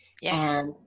Yes